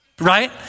right